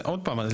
עוד פעם,